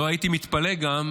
לא הייתי מתפלא גם,